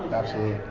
absolutely.